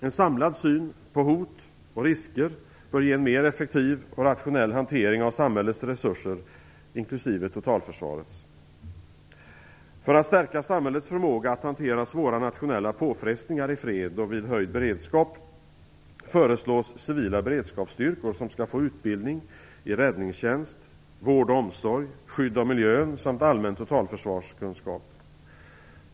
En samlad syn på hot och risker bör ge mer effektiv och rationell hantering av samhällets resurser inklusive totalförsvarets. För att stärka samhällets förmåga att hantera svåra nationella påfrestningar i fred och vid höjd beredskap föreslås civila beredskapsstyrkor som skall få utbildning i räddningstjänst, vård och omsorg, skydd av miljön samt allmän totalförsvarskunskap.